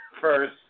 first